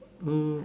um